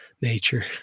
nature